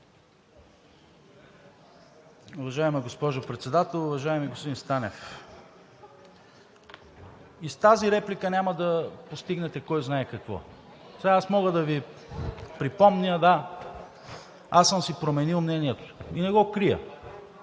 Уважаема госпожо Председател! Уважаеми господин Станев, и с тази реплика няма да постигнете кой знае какво. (Шум и реплики.) Аз мога да Ви припомня… Да, аз съм си променил мнението, и не го крия.